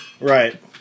right